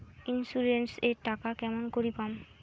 Insurance এর টাকা কেমন করি পাম?